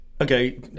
Okay